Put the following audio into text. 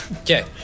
Okay